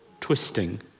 twisting